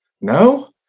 No